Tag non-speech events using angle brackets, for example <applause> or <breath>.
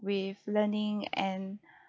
with learning and <breath>